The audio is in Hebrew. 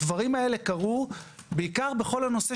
הדברים האלה קרו בעיקר בכל נושא